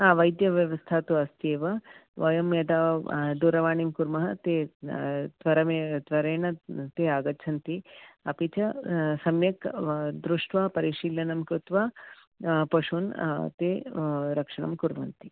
वैद्य व्यवस्था तु अस्ति एव वयं यदा दूरवाणीं कुर्मः ते त्वरं तरेण ते आगच्छन्ति अपि च सम्यक् दृष्ट्वा परिशीलनं कृत्वा पशुन् ते रक्षणं कुर्वन्ति